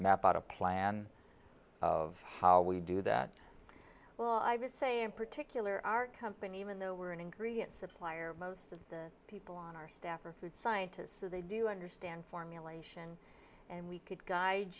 map out a plan of how we do that well i would say in particular our company even though we're an ingredient supplier most of the people on our staff are food scientists so they do understand formulation and we could guide